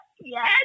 yes